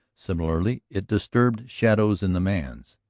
similarly, it disturbed shadows in the man's.